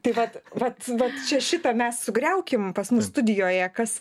tai vat vat vat čia šitą mes sugriaukim pas studijoje kas